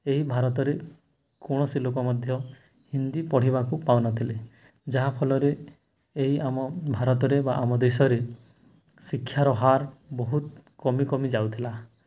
ଏହି ଭାରତରେ କୌଣସି ଲୋକ ମଧ୍ୟ ହିନ୍ଦୀ ପଢ଼ିବାକୁ ପାଉନଥିଲେ ଯାହାଫଳରେ ଏହି ଆମ ଭାରତରେ ବା ଆମ ଦେଶରେ ଶିକ୍ଷାର ହାର ବହୁତ କମି କମି ଯାଉଥିଲା